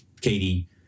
Katie